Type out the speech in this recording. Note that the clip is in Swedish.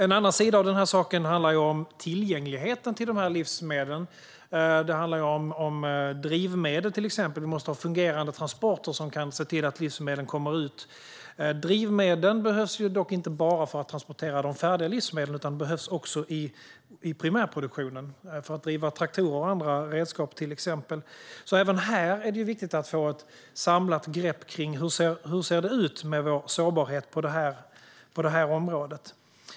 En annan sida av saken handlar om tillgängligheten till dessa livsmedel, till exempel om drivmedel. Vi måste ha fungerande transporter för att livsmedlen ska komma ut. Drivmedlen behövs dock inte bara för att transportera de färdiga livsmedlen utan också i primärproduktionen, till exempel för att driva traktorer och andra redskap. Även här är det alltså viktigt att få ett samlat grepp kring hur det ser ut med vår sårbarhet på detta område.